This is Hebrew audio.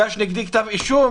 הוגש נגדי כתב אישום